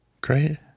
Great